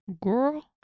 Girl